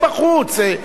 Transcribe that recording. אנחנו לא יכולים,